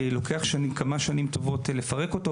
לוקח שנים רבות לפרק אותו,